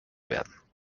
werden